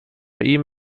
ihm